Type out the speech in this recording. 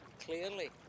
Clearly